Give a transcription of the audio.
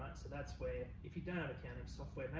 so that's where if you don't have accounting software,